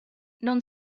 non